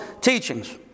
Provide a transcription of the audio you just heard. teachings